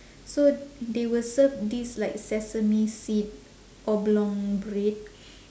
so they will serve this like sesame seed oblong bread